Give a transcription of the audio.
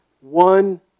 one